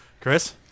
chris